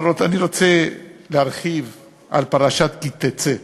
אבל אני רוצה להרחיב על פרשת כי תצא,